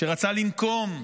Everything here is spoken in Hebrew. שרצה לנקום,